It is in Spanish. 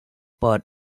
por